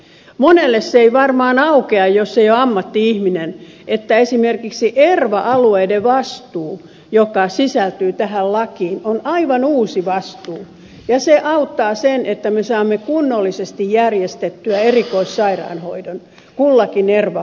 monelle se ei varmaan aukea jos ei ole ammatti ihminen että esimerkiksi erva alueiden vastuu joka sisältyy tähän lakiin on aivan uusi vastuu ja se auttaa sen että me saamme kunnollisesti järjestettyä erikoissairaanhoidon kullakin erva alueella